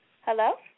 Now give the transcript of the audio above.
Hello